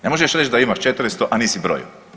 Ne možeš reći da imaš 400, a nisi brojio.